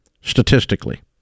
Statistically